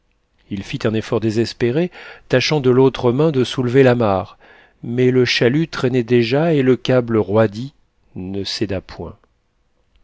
il fit un effort désespéré tâchant de l'autre main de soulever l'amarre mais le chalut traînait déjà et le câble roidi ne